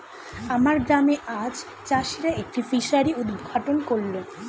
আমার গ্রামে আজ চাষিরা একটি ফিসারি উদ্ঘাটন করল